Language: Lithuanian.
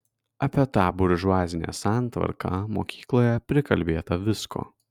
apie tą buržuazinę santvarką mokykloje prikalbėta visko